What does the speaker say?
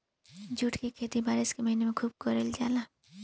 jute के खेती बारिश के महीना में खुब कईल जाला